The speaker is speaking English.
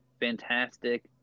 fantastic